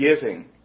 giving